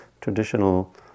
traditional